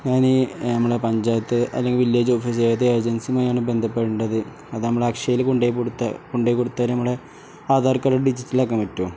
ഞാനീ നമ്മളുടെ പഞ്ചായത്ത് അല്ലെങ്കിൽ വില്ലേജ് ഓഫീസ് ഏത് ഏജൻസിയുമായാണ് ബന്ധപ്പെടേണ്ടത് അതു നമ്മൾ അക്ഷയയിൽ കൊണ്ടു പോയി കൊടുത്താൽ കൊണ്ടു പോയി കൊടുത്താൽ നമ്മുടെ ആധാർ കാർഡ് ഡിജിറ്റലാക്കാൻ പറ്റുമോ